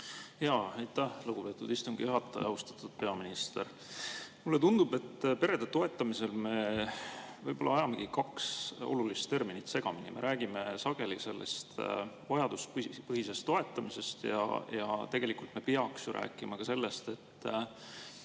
Aitäh, lugupeetud istungi juhataja! Austatud peaminister! Mulle tundub, et perede toetamisest rääkides me võib‑olla ajame kaks olulist terminit segamini. Me räägime sageli sellest vajaduspõhisest toetamisest, aga tegelikult me peaksime ju rääkima ka sellest, et